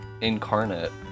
incarnate